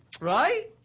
Right